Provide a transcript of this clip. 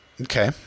Okay